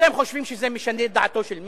אתם חושבים שזה משנה את דעתו של מישהו?